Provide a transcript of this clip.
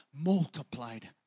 multiplied